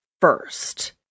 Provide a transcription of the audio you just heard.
first